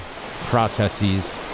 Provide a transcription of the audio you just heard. processes